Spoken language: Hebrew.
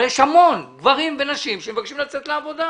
יש המון גברים ונשים שמבקשים לצאת לעבודה,